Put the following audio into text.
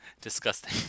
disgusting